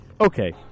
Okay